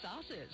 sauces